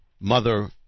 mother